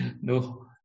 no